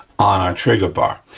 on our trigger bar.